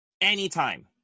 anytime